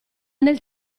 nel